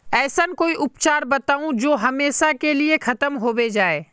ऐसन कोई उपचार बताऊं जो हमेशा के लिए खत्म होबे जाए?